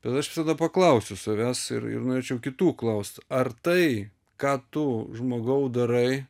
bet aš visada paklausiu savęs ir ir norėčiau kitų klaust ar tai ką tu žmogau darai